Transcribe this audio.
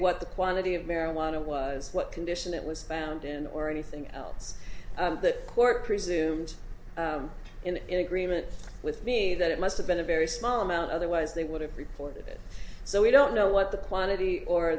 what the quantity of marijuana was what condition it was found in or anything else the court presumed in agreement with me that it must have been a very small amount otherwise they would have reported it so we don't know what the quantity or